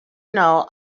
know